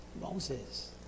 Moses